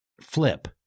flip